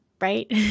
right